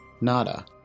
nada